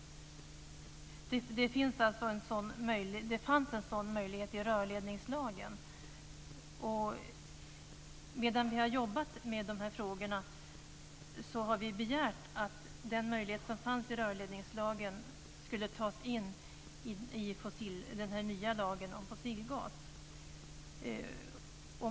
Det fanns en sådan möjlighet i rörledningslagen. Medan vi har jobbat med de här frågorna har vi begärt att den möjlighet som fanns där skulle tas in i den nya lagen om fossilgas.